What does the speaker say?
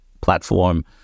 platform